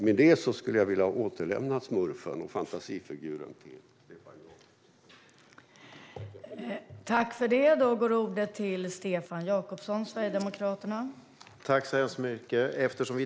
Med dessa ord skulle jag vilja återlämna smurfen, fantasifiguren, till Stefan Jakobsson.